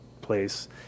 place